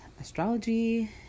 Astrology